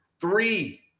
Three